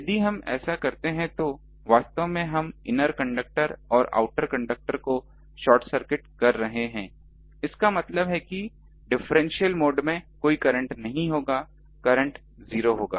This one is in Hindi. यदि हम ऐसा करते हैं तो वास्तव में हम ईनर कंडक्टर और आउटर कंडक्टर को शार्ट सर्किट कर रहे हैं इसका मतलब है की डिफरेंशियल मोड में कोई करंट नहीं होगा करंट जीरो होगा